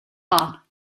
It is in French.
pas